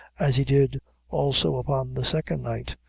as he did also upon the second night,